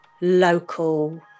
local